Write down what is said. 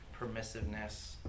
permissiveness